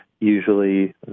usually